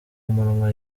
umunwa